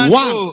one